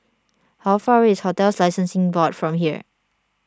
how far away is Hotels Licensing Board from here